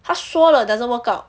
他说了 doesn't work out